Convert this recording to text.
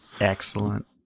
Excellent